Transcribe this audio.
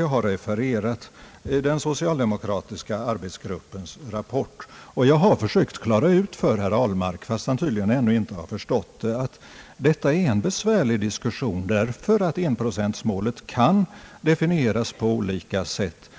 Jag har vidare refererat den socialdemokratiska arbetsgruppens rap port, och jag har försökt klara ut för herr Ahlmark, fastän han tydligen ännu inte har förstått det, att detta är en besvärlig diskussion, därför att enprocentmålet kan definieras på olika sätt.